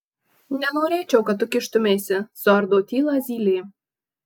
nenorėčiau kad tu kištumeisi suardo tylą zylė